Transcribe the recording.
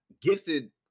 gifted